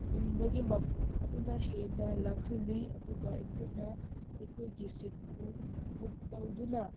ꯅꯤꯟꯕꯒꯤ ꯃꯈꯣꯜ ꯑꯗꯨꯅ ꯍꯦꯟꯅ ꯂꯥꯡꯍꯜꯂꯤ ꯑꯗꯨꯒ ꯑꯩꯈꯣꯏꯅ ꯑꯩꯈꯣꯏꯒꯤ ꯁꯤꯠꯄꯨ ꯕꯨꯛ ꯇꯧꯗꯨꯅ